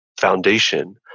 foundation